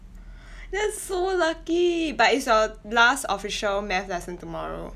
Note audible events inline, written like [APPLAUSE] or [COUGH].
[BREATH] that's so lucky but it's your last official math lesson tomorrow